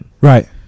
Right